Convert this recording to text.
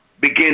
begin